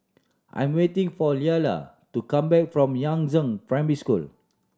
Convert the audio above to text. I'm waiting for Leala to come back from Yangzheng Primary School